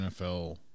NFL